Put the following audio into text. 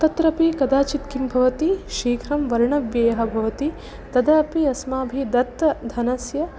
तत्रापि कदाचित् किं भवति शीघ्रं वर्णव्ययः भवति तदापि अस्माभिः दत्तधनस्य